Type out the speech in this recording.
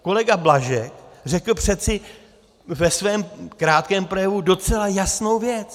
Kolega Blažek řekl přeci ve svém krátkém projevu docela jasnou věc.